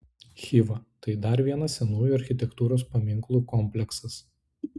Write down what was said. chiva tai dar vienas senųjų architektūros paminklų kompleksas